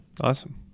Awesome